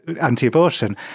anti-abortion